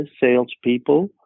salespeople